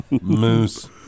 moose